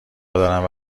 دارم